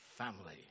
family